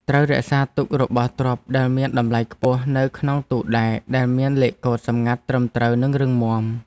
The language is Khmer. ត្រូវរក្សាទុករបស់ទ្រព្យដែលមានតម្លៃខ្ពស់នៅក្នុងទូដែកដែលមានលេខកូដសម្ងាត់ត្រឹមត្រូវនិងរឹងមាំ។